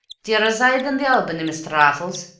d'ye reside in the albany, mr. raffles?